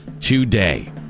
today